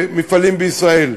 במפעלים בישראל.